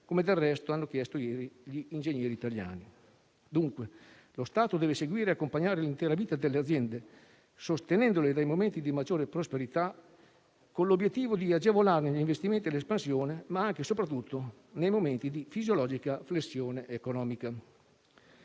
come del resto hanno chiesto ieri gli ingegneri italiani. Lo Stato deve dunque seguire e accompagnare l'intera vita delle aziende, sostenendole nei momenti di maggiore prosperità, con l'obiettivo di agevolarne gli investimenti e l'espansione, ma anche e soprattutto nei momenti di fisiologica flessione economica.